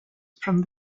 from